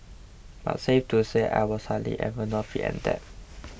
but safe to say I was hardly ever not fit and that